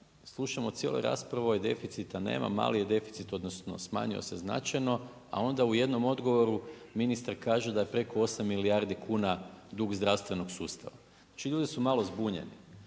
slušamo cijelu raspravu, deficita nema, mali je deficit, odnosno smanjio se značajno, a ona u jednom odgovoru ministar kaže da je preko 8 milijardi kuna dug zdravstvenog sustava. Znači ljudi su malo zbunjeni.